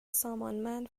سامانمند